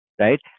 right